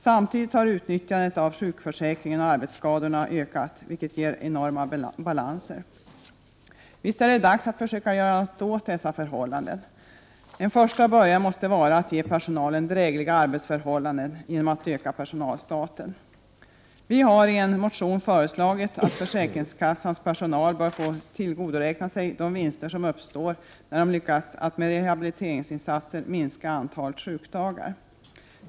Samtidigt har utnyttjandet av sjukförsäkringen och antalet arbetsskador ökat, vilket ger enorma balanser. Visst är det dags att försöka göra något åt dessa förhållanden. En första början måste vara att ge personalen drägliga arbetsförhållanden genom att öka personalstaten. Vi har i en motion föreslagit att försäkringskassans personal bör få tillgodoräkna sig de vinster som uppstår när man lyckats att med rehabiliteringsinsatser minska antalet sjukdagar.